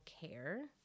care